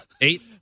Eight